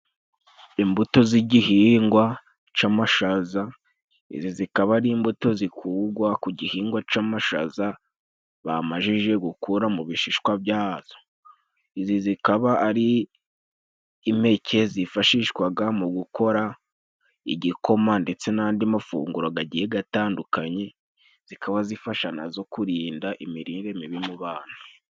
Imbuto z'igihingwa c'amashaza, izi zikaba ari imbuto zikugwa ku gihingwa c'amashaza bamajije gukura mu bishishwa byazo. Izi zikaba ari impeke zifashishwaga mu gukora igikoma ndetse n'andi mafunguro gagiye gatandukanye, zikaba zifasha na zo mu kurinda imirire mibi mu bana.